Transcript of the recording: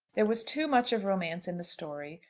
there was too much of romance in the story,